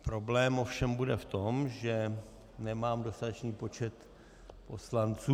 Problém ovšem bude v tom, že nemáme dostatečný počet poslanců.